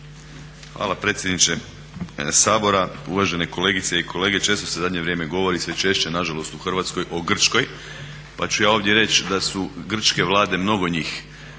Hvala predsjedniče Sabora, uvažene kolegice i kolege, često se u zadnje vrijeme govori, sve češće nažalost u Hrvatskoj o Grčkoj pa ću ja ovdje reći da su grčke vlade, mnogo njih,